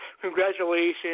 congratulations